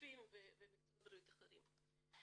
רופאים ומקצועות בריאות אחרים.